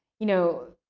you know,